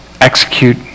execute